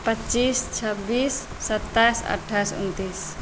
पचीस छब्बीस सत्ताइस अठाइस उनतिस